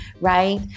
right